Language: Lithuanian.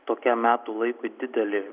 tokiam metų laikui didelį